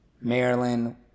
Maryland